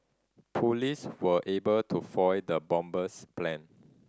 police were able to foil the bomber's plan